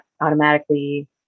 automatically